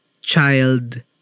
child